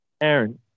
Aaron